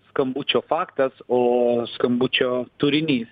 skambučio faktas o skambučio turinys